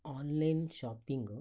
online shopping